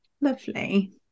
lovely